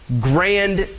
grand